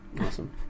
Awesome